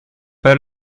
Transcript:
pas